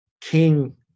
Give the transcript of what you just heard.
King